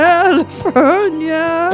California